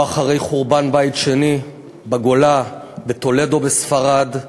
לא אחרי חורבן בית שני בגולה, בטולדו בספרד,